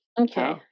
Okay